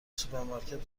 سوپرمارکت